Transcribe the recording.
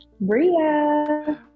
Bria